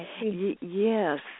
Yes